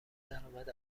درامد